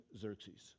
Xerxes